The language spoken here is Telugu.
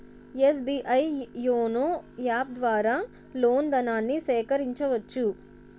ఎస్.బి.ఐ యోనో యాప్ ద్వారా లోన్ ధనాన్ని సేకరించవచ్చు